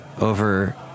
over